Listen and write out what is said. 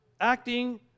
acting